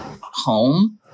home